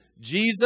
Jesus